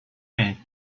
mail